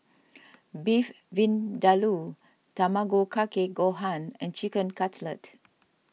Beef Vindaloo Tamago Kake Gohan and Chicken Cutlet